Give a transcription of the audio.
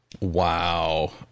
Wow